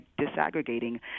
disaggregating